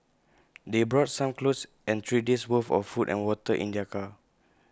they brought some clothes and three days' worth of food and water in their car